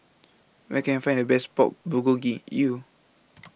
Where Can I Find The Best Pork Bulgogi U